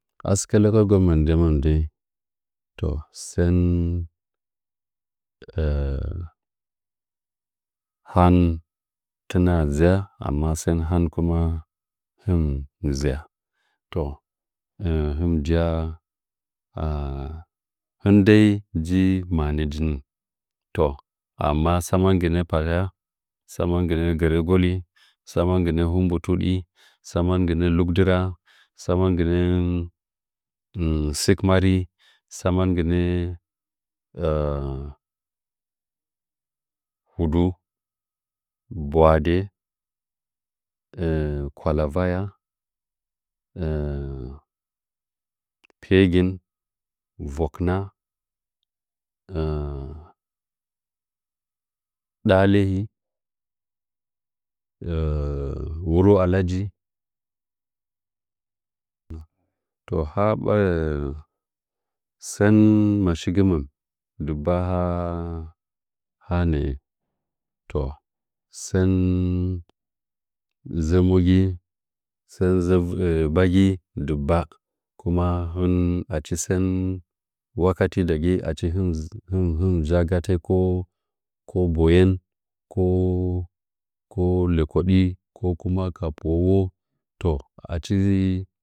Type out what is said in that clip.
A sɨkɚ local government ndɚmon dai to sɚn han tɨna nzaa amma sɚn han kuma hɨn mɨ nza to hiu da hɨn dai ji manɚ njin to amma tsama gɨnɚ pakk tsa man gɨnɚ gere ngoli tsaman gɨnɚ humbutuɗi tsama gɨnɚ lugdɨra tsa man gɨne sɨki mari, tsaman gɨ nɚ hudu ɓwadɚ kwa lavaya pegin wukna dalechi wuro allaji ‘’to ha ba’’ sɚn messigi mɚm dɨggba a anɚɚ to sɚn nzɚ nogi sɚn nzɚ bagi diggbi kuma hɨn achi sɚn wakati ndagi achi dz hin nja gatɚ ko boye njin ko lekoɗi ko kuma ka po’o wo to achi